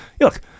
Look